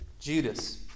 Judas